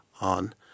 on